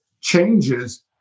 changes